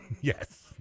Yes